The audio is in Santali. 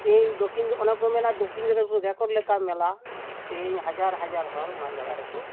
ᱛᱤᱦᱤᱧ ᱫᱚᱠᱠᱷᱤᱱ ᱚᱱᱟ ᱠᱚ ᱢᱮᱱᱟ ᱫᱚᱠᱠᱷᱤᱱ ᱫᱤᱱᱟᱡᱽᱯᱩᱨ ᱨᱮᱠᱚᱨᱰ ᱞᱮᱠᱟᱱ ᱢᱮᱞᱟ ᱛᱮᱦᱮᱧ ᱦᱟᱡᱟᱨ ᱦᱟᱡᱟᱨ ᱦᱚᱲ ᱚᱱᱟ ᱡᱮᱞᱟ ᱨᱮᱠᱚ